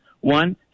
one